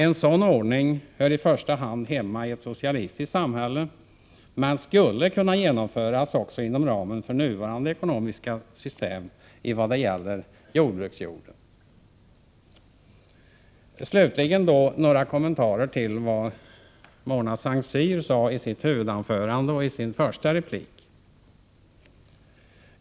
En sådan ordning hör i första hand hemma i ett socialistiskt samhället men skulle kunna genomföras också inom ramen för nuvarande ekonomiska system i fråga om jordbruksjorden. Jag vill till sist kommentera vad Mona Saint Cyr sade i sitt huvudanförande och i sin första replik.